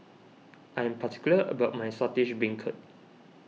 I am particular about my Saltish Beancurd